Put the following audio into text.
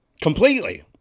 completely